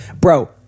Bro